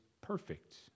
perfect